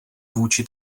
vůči